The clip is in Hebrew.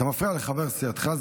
אתה מפריע לחבר סיעתך.